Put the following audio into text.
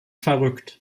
verrückt